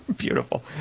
Beautiful